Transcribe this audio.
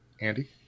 Andy